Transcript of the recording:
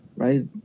right